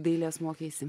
dailės mokėsi